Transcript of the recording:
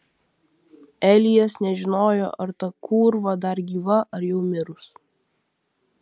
elijas nežinojo ar ta kūrva dar gyva ar jau mirus